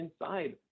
inside